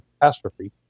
catastrophe